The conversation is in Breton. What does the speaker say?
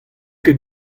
ket